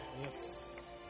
Yes